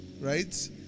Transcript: right